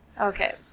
Okay